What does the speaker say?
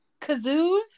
kazoos